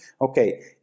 okay